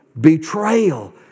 Betrayal